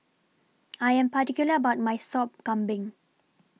I Am particular about My Sop Kambing